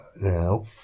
now